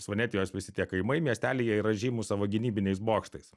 svanetijos visi tie kaimai miestelyje jie yra žymūs savo gynybiniais bokštais